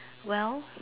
well